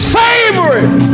favorite